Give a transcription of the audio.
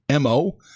MO